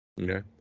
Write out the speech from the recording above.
Okay